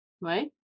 right